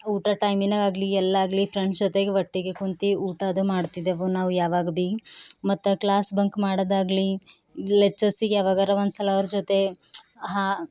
ಊಟದ ಟೈಮಿನಾಗಾಗಲಿ ಎಲ್ಲಾಗಲಿ ಫ್ರೆಂಡ್ಸ್ ಜೊತೆಗೆ ಒಟ್ಟಿಗೆ ಕುಂತು ಊಟ ಅದು ಮಾಡ್ತಿದ್ದೆವು ನಾವು ಯಾವಾಗ ಭೀ ಮತ್ತು ಕ್ಲಾಸ್ ಬಂಕ್ ಮಾಡೋದಾಗವ್ರ ಜೊತೆ ಹಾ